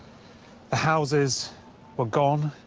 houses were gone.